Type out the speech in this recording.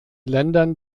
ländern